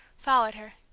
followed her.